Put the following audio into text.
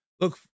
look